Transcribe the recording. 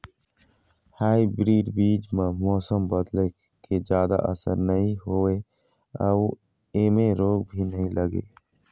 hybrid बीज म मौसम बदले के जादा असर नई होवे अऊ ऐमें रोग भी नई लगे